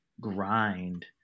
grind